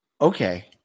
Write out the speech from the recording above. Okay